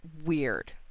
weird